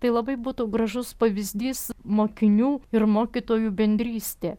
tai labai būtų gražus pavyzdys mokinių ir mokytojų bendrystė